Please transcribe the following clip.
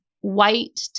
white